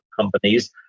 companies